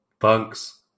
Thanks